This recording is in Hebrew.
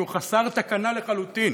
שהוא חסר תקנה לחלוטין